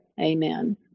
Amen